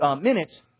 minutes